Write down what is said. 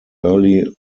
early